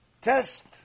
test